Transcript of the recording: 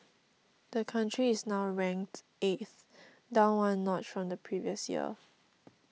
the country is now ranked eighth down one notch from the previous year